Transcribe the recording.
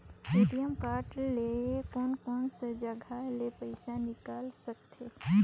ATM card ले कोन कोन सा जगह ले पइसा निकाल सकथे?